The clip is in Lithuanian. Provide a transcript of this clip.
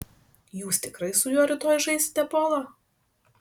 jūs tikrai su juo rytoj žaisite polą